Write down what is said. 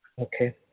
Okay